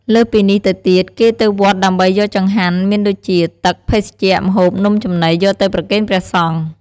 លើសពីនេះទៅទៀត គេទៅវត្តដើម្បីយកចង្ហាន់មានដូចជា ទឹក ភេសជ្ជៈ ម្ហួប នំចំណី យកទៅប្រគេនព្រះសង្ឃ។